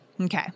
okay